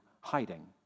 hiding